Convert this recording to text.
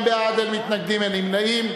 42 בעד, אין מתנגדים, אין נמנעים.